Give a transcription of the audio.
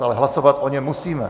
Ale hlasovat o něm musíme!